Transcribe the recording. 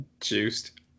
Juiced